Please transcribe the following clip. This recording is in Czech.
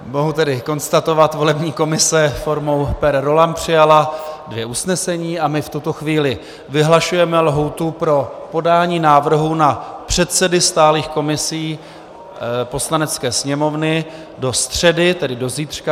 Mohu tedy konstatovat, volební komise formou per rollam přijala dvě usnesení a my v tuto chvíli vyhlašujeme lhůtu pro podání návrhu na předsedy stálých komisí Poslanecké sněmovny do středy, tedy do zítřka, do 18.00 hodin.